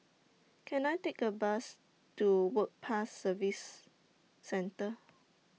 Can I Take A Bus to Work Pass Services Centre